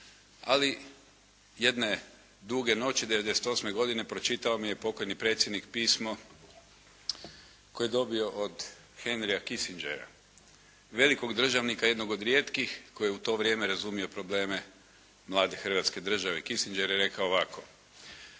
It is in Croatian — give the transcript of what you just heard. Ali jedne duge noći '98. godine pročitao mi je pokojni predsjednik pismo koje je dobio od Henrya Kisingera, velikog državnika jednog od rijetkih koji je u to vrijeme razumio probleme mlade hrvatske države. Kisinger je rekao ovako: